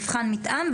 מבחן מתאם,